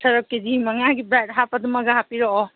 ꯁꯔꯞ ꯀꯦ ꯖꯤ ꯃꯉꯥꯒꯤ ꯕ꯭ꯔꯥꯏꯠ ꯍꯥꯞꯄꯗꯨꯃꯒ ꯍꯥꯞꯄꯤꯔꯛꯑꯣ